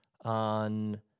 on